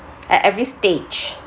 at every stage